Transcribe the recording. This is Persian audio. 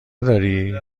داری